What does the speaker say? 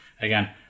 Again